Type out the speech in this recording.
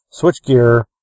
switchgear